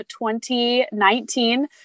2019